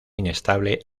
inestable